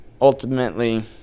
ultimately